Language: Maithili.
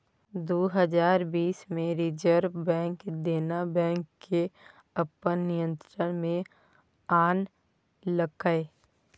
दु हजार बीस मे रिजर्ब बैंक देना बैंक केँ अपन नियंत्रण मे आनलकै